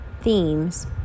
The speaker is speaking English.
themes